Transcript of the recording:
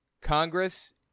Congress